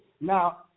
Now